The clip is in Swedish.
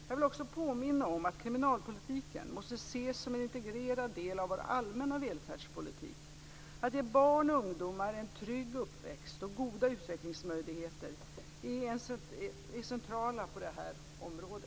Jag vill också påminna om att kriminalpolitiken måste ses som en integrerad del av vår allmänna välfärdspolitik. Att ge barn och ungdomar en trygg uppväxt och goda utvecklingsmöjligheter är det centrala på detta område.